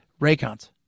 Raycons